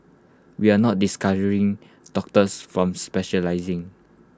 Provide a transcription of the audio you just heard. we are not discouraging doctors from specialising